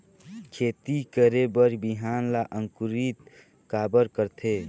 खेती करे बर बिहान ला अंकुरित काबर करथे?